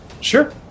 Sure